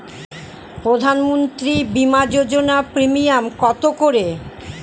প্রধানমন্ত্রী বিমা যোজনা প্রিমিয়াম কত করে?